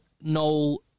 Noel